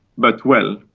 but, well,